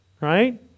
right